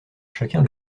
chacun